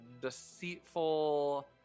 deceitful